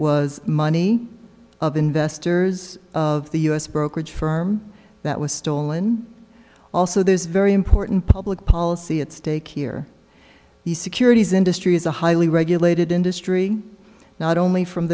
was money of investors of the u s brokerage firm that was stolen also those very important public policy at stake here the securities industry is a highly regulated industry not only from